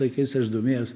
laikais aš domėjaus